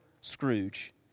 Scrooge